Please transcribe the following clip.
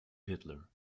hitler